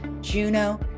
Juno